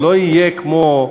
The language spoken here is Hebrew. לא יהיה כמו,